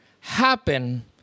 happen